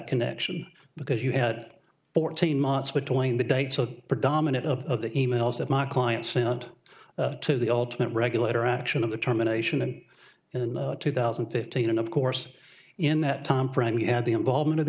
connection because you had fourteen months between the date so predominant of the e mails that mark client sent to the ultimate regulator action of the termination and in two thousand and fifteen and of course in that timeframe we had the involvement of the